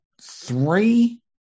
three